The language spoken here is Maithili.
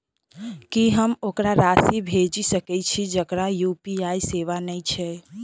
की हम ओकरा राशि भेजि सकै छी जकरा यु.पी.आई सेवा नै छै?